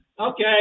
Okay